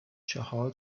چهار